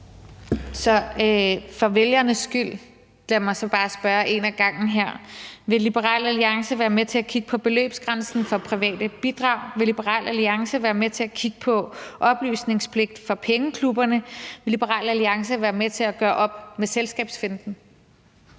mig for vælgernes skyld bare lige spørge her en ad gangen: Vil Liberal Alliance være med til at kigge på beløbsgrænsen for private bidrag? Vil Liberal Alliance være med til at kigge på oplysningspligt for pengeklubberne? Vil Liberal Alliance være med til at gøre op med selskabsfinten?